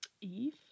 eve